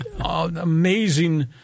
amazing